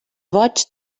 boigs